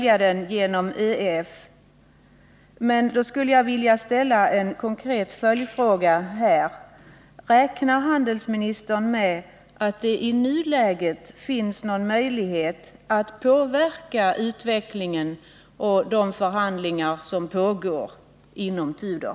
Jag skulle i anslutning till det vilja ställa en konkret följdfråga: Räknar handelsministern med att det i nuläget finns någon möjlighet att påverka utvecklingen och de förhandlingar som pågår inom Tudor?